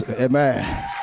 Amen